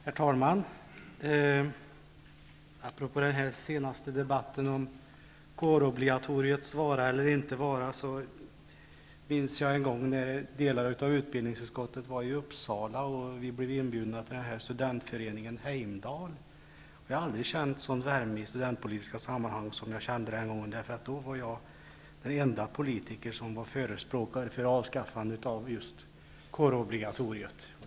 Herr talman! Apropå den senaste debatten om kårobligatoriets vara eller inte vara minns jag en gång när delar av utbildningsutskottet var i Uppsala och vi blev inbjudna till studentföreningen Heimdal. Jag har aldrig känt en sådan värme i studentpolitiska sammanhang som den gången. Då var jag nämligen den ende politikern som var förespråkare för avskaffandet av just kårobligatoriet.